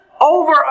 over